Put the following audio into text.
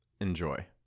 Enjoy